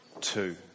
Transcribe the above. two